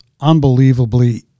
unbelievably